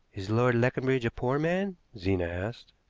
is lord leconbridge a poor man? zena asked.